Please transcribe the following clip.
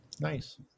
Nice